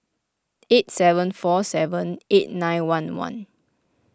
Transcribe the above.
eight seven four seven eight nine one one